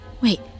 Wait